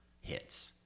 hits